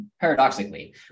paradoxically